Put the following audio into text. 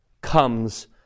comes